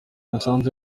misanzu